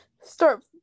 start